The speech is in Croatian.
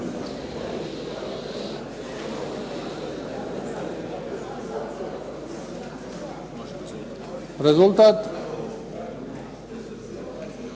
Rezultat?